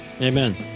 Amen